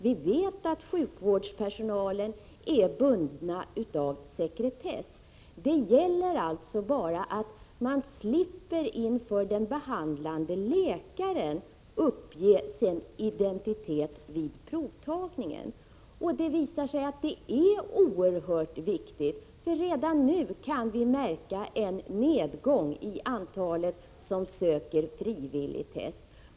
Vi vet att sjukvårdspersonalen är bunden av sekretess. Det gäller alltså bara att man inför den behandlande läkaren slipper uppge sin identitet vid provtagningen. Det visar sig att det är oerhört viktigt. Redan nu kan vi märka en nedgång i antalet personer som söker frivilligt test.